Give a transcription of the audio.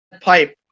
pipe